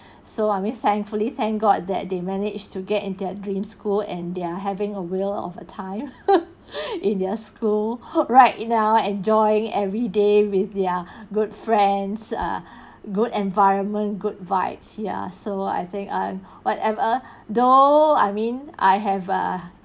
so I mean thankfully thank god that they managed to get in their dream school and they are having a whale of a time in their school right in our enjoying every day with their good friends ah good environment good vibes ya so I think I whatever though I mean I have a